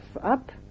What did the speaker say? up